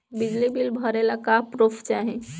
बिजली बिल भरे ला का पुर्फ चाही?